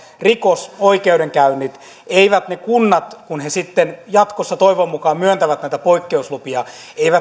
rikosoikeudenkäynnit eivät kunnat kun ne sitten jatkossa toivon mukaan myöntävät näitä poikkeuslupia